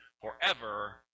forever